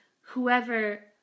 whoever